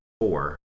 four